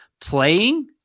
playing